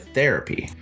therapy